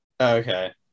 Okay